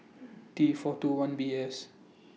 T four two one B S